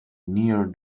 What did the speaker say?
near